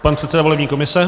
Pan předseda volební komise.